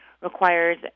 requires